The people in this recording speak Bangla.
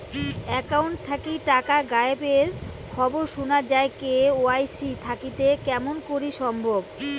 একাউন্ট থাকি টাকা গায়েব এর খবর সুনা যায় কে.ওয়াই.সি থাকিতে কেমন করি সম্ভব?